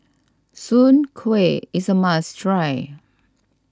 Soon Kuih is a must try